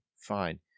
fine